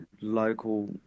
local